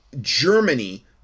Germany